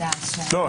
לא.